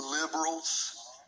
liberals